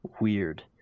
weird